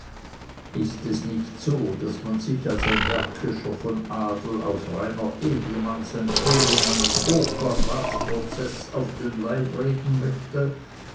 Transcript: ist es nicht so daß man sich als ein märkischer von adel aus reiner edelmannsempörung einen hochverratsprozeß auf den leib reden möchte